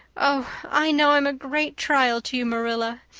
oh, i know i'm a great trial to you, marilla,